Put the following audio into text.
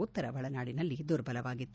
ಉತ್ತರ ಒಳನಾಡಿನಲ್ಲಿ ದುರ್ಬಲವಾಗಿತ್ತು